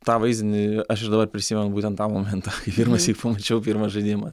tą vaizdinį aš ir dabar prisimenu būtent tą momentą kai pirmą syk pamačiau pirmą žaidimą